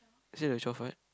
is it the twelve what